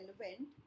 relevant